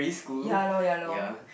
ya lor ya lor